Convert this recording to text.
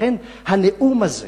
לכן, הנאום הזה